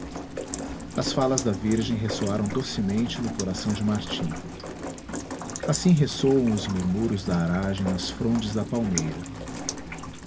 as falas da virgem ressoaram docemente no coração de martim assim ressoam os murmúrios da aragem nas frondes da palmeira